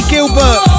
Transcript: Gilbert